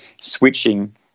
switching